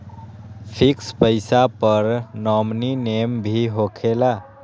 Fix पईसा पर nominee name भी होकेला?